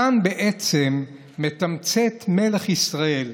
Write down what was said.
כאן בעצם מתמצת מלך ישראל,